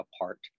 apart